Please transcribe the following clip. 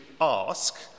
ask